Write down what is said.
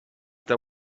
that